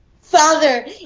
father